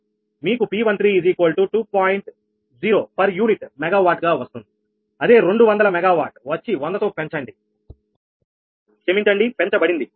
0 per unit megawatt గా వస్తుంది అదే 200 మెగావాట్ వచ్చి 100తో పెంచబడింది